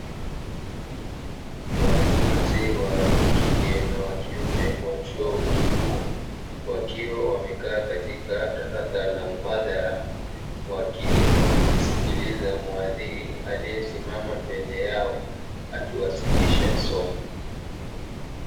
Wanafunzi wa kike na wa kiume wa chuo kikuu wakiwa wamekaa katika darasa la mhadhara wakimsikiliza mhadhiri aliyesimama mbele yao akiwasilisha somo.